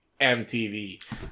MTV